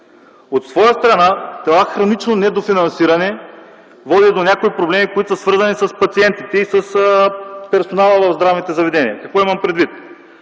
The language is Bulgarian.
От своя страна това хронично недофинансиране води до някои проблеми, които са свързани с пациентите и с персонала в здравните заведения. Какво имам предвид?